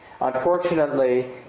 Unfortunately